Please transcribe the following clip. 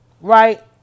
Right